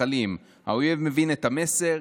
המתנחלים', האויב מבין את המסר: